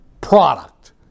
product